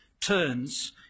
turns